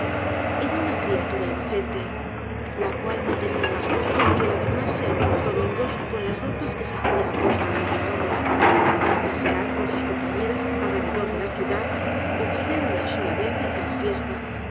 era una criatura inocente la cual no tenia mas gusto que el adornarse algunos domingos con las ropas que se hacia á costa de sus ahorros para pasear con sus compañeras alrededor de la ciudad ó bailar una sola vez en cada fiesta